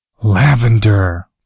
Lavender